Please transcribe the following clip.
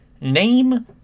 name